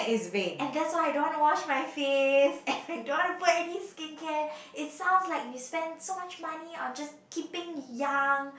and that's why I don't want to wash my face and I don't want to put any skincare it sounds like you spent so much money on just keeping young